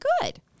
good